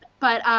but,